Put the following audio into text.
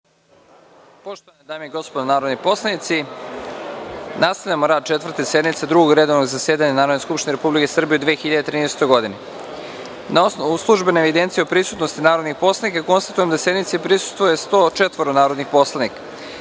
Poštovane dame i gospodo narodni poslanici, nastavljamo rad Četvrte sednice Drugog redovnog zasedanja Narodne skupštine Republike Srbije u 2013. godini. Na osnovu službene evidencije o prisutnosti narodnih poslanika, konstatujem da sednici prisustvuje 104 narodna poslanika. Podsećam